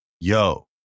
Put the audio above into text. yo